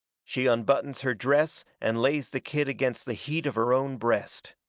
she unbuttons her dress and lays the kid against the heat of her own breast.